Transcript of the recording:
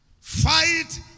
Fight